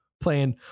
playing